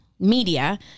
Media